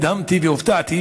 נדהמתי והופתעתי